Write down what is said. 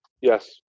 Yes